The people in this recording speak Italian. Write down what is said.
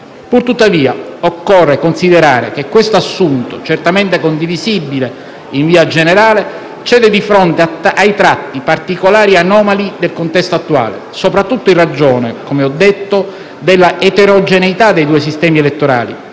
Pur tuttavia, occorre considerare che questo assunto, certamente condivisibile in via generale, cede di fronte ai tratti particolari e anomali del contesto attuale, soprattutto in ragione, come ho detto, dell'eterogeneità dei due sistemi elettorali,